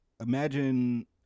imagine